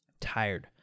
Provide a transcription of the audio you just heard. tired